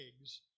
eggs